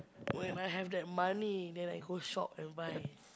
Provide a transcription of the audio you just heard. when I have that money then I go shop and buy